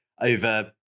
over